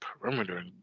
Perimeter